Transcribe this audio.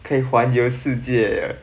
可以环游世界